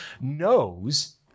knows